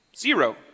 zero